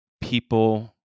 people